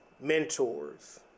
mentors